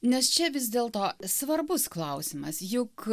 nes čia vis dėlto svarbus klausimas juk